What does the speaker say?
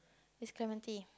its clement